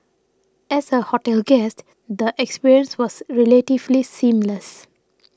as a hotel guest the experience was relatively seamless